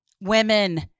Women